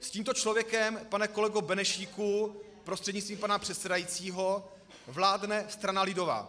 S tímto člověkem, pane kolego Benešíku prostřednictvím pana předsedajícího vládne strana lidová.